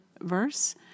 verse